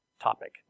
topic